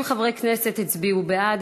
30 חברי כנסת הצביעו בעד,